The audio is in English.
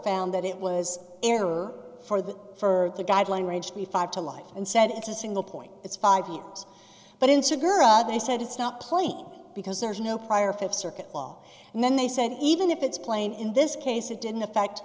found that it was error for the for the guideline ridgeley five to life and said it's a single point it's five years but into gurjar they said it's not playing because there's no prior fifth circuit and then they said even if it's plain in this case it didn't affect